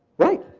right